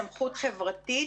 סמכות חברתית,